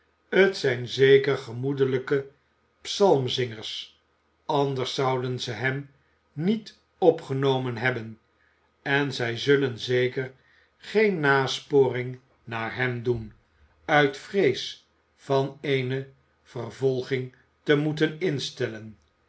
t zijn zeker gemoedelijke psalmzingers anders zouden ze hem niet opgenomen hebben en zij zullen zeker geen nasporing naar hem doen uit vrees van eene vervolging te moeten instellen